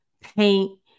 paint